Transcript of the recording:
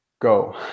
go